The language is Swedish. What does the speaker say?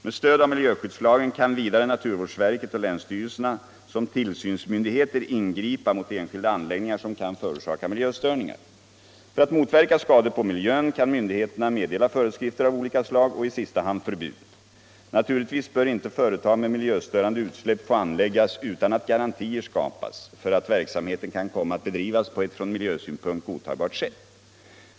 Med stöd av miljöskyddslagen kan vidare naturvårdsverket och länsstyrelserna som tillsvnsmyndigheter ingripa mot enskilda anläggningar som kan förorsaka miljöstörningar. För att motverka skador på miljön kan myndigheterna meddela föreskrifter av olika slag och i sista hand förbud. Naturligtvis bör inte företag med miljöstörande utsläpp få anläggas utan att garantier skapats för utt verksamheten kan komma att bedrivas på ett från miljösynpunkt godtagbart sätt.